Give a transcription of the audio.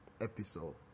episode